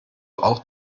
auch